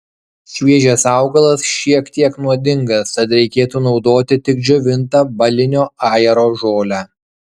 šviežias augalas šiek tiek nuodingas tad reikėtų naudoti tik džiovintą balinio ajero žolę